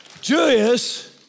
Julius